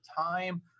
time